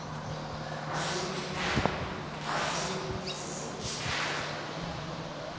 ᱤᱥᱤᱱ ᱥᱟᱹᱛ ᱠᱟᱛᱮᱜ ᱜᱮ ᱟᱨ